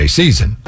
season